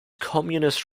communist